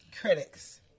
Critics